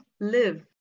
live